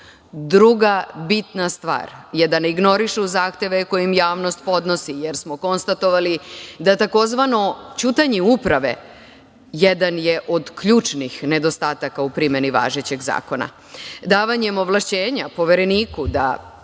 radu. Druga bitna stvar je da ne ignorišu zahteve koji im javnost podnosi, jer smo konstatovali da tzv. ćutanje uprave, jedan je od ključnih nedostataka u primeni važećih zakona. Davanjem ovlašćenja Povereniku da